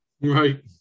Right